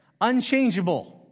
unchangeable